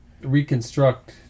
reconstruct